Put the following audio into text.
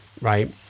right